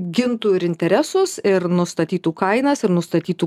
gintų ir interesus ir nustatytų kainas ir nustatytų